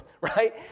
right